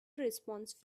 response